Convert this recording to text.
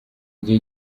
gihe